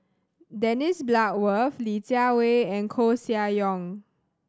Dennis Bloodworth Li Jiawei and Koeh Sia Yong